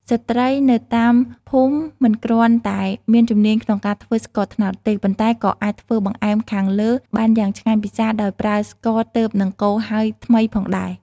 ស្ត្រីនៅតាមភូមិមិនគ្រាន់តែមានជំនាញក្នុងការធ្វើស្ករត្នោតទេ ប៉ុន្តែក៏អាចធ្វើបង្អែមខាងលើបានយ៉ាងឆ្ងាញ់ពិសាដោយប្រើស្ករទើបនឹងកូរហើយថ្មីផងដែរ។